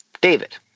David